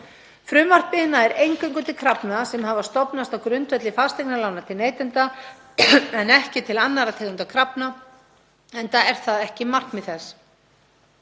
Frumvarpið nær eingöngu til krafna sem hafa stofnast á grundvelli fasteignalána til neytenda en ekki til annarra tegunda krafna, enda er það ekki markmið þess.